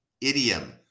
idiom